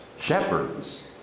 shepherds